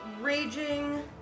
raging